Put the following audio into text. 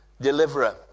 deliverer